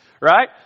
right